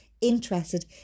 interested